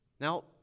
now